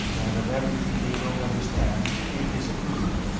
and of everything they don't understand they disapprove.